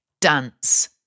dance